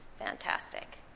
Fantastic